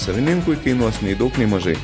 savininkui kainuos nei daug nei mažai